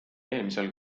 eelmisel